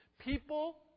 People